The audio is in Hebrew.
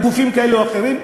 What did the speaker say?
על-ידי גופים כאלה או אחרים,